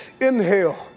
Inhale